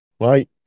right